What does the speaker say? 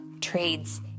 trades